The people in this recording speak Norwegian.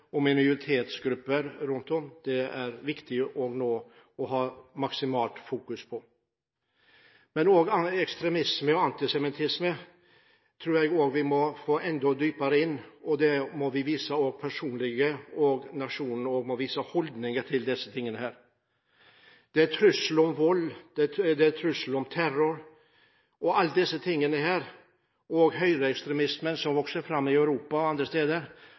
og minoritetsgrupper rundt om – det er det viktig å fokusere maksimalt på nå. Ekstremisme og antisemittisme tror jeg også vi må gå enda dypere inn i, og både vi personlig og nasjonen må vise holdninger til disse tingene. Det er trussel om vold, det er trussel om terror, høyreekstremismen vokser fram i Europa og andre steder – alle disse tingene må vi ta sterk avstand fra. Vi må vise motstand mot dette i alle former, og